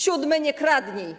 Siódme: nie kradnij.